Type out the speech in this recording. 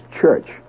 church